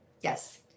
Yes